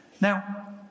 Now